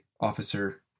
officer